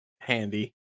handy